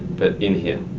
but in here.